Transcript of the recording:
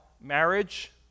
marriage